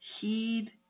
heed